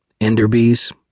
Enderby's